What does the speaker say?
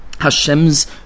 HaShem's